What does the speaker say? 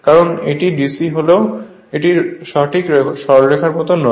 কারণ এটি DC হলেও এটি ঠিক সরলরেখার মতো নয়